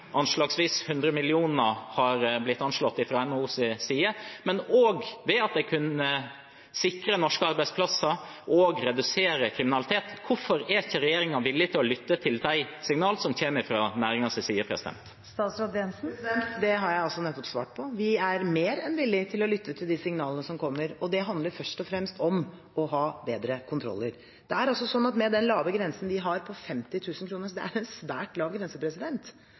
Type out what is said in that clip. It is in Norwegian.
100 mill. kr er anslått fra NHOs side – og at det vil kunne sikre norske arbeidsplasser og redusere kriminalitet. Hvorfor er ikke regjeringen villig til å lytte til de signalene som kommer fra næringen? Det har jeg nettopp svart på. Vi er mer enn villige til å lytte til de signalene som kommer, og det handler først og fremst om å ha bedre kontroller. Med den lave grensen vi har – på 50 000 kr, som er en svært lav grense